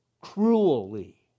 cruelly